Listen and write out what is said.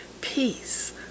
peace